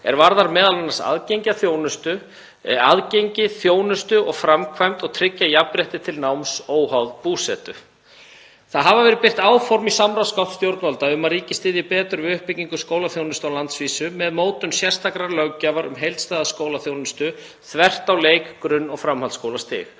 er varðar m.a. aðgengi, þjónustu og framkvæmd og tryggja jafnrétti til náms óháð búsetu. Það hafa verið birt áform í samráðsgátt stjórnvalda um að ríkið styðji betur við uppbyggingu skólaþjónustu á landsvísu með mótun sérstakrar löggjafar um heildstæða skólaþjónustu þvert á leik-, grunn- og framhaldsskólastig